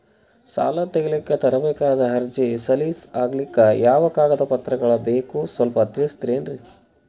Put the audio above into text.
ಸಾಲ ತೆಗಿಲಿಕ್ಕ ತರಬೇಕಾದ ಅರ್ಜಿ ಸಲೀಸ್ ಆಗ್ಲಿಕ್ಕಿ ಯಾವ ಕಾಗದ ಪತ್ರಗಳು ಬೇಕು ಸ್ವಲ್ಪ ತಿಳಿಸತಿರೆನ್ರಿ?